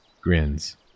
grins